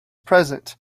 present